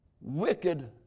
wicked